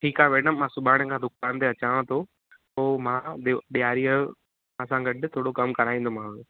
ठीकु आहे मेडम मां सुभाणे खां दुकान ते अचांव थो पोइ मां दिवा ॾियारीअ जो सां गॾु थोरो कमु कराईंदोमांव